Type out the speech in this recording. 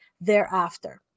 thereafter